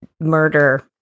murder